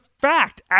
fact